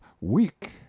weak